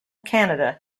canada